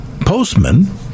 postman